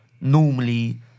Normally